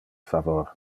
favor